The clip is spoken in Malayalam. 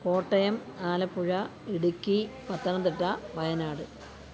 കോട്ടയം ആലപ്പുഴ ഇടുക്കി പത്തനംതിട്ട വയനാട്